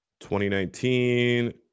2019